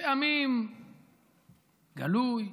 פעמים בגלוי,